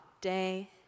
day